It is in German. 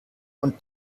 und